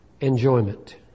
enjoyment